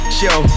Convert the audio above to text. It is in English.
show